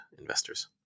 investors